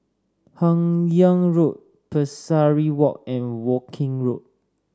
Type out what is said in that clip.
Hun Yeang Road Pesari Walk and Woking Road